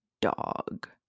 dog